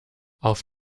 auf